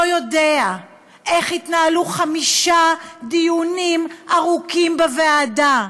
לא יודע איך התנהלו חמישה דיונים ארוכים בוועדה,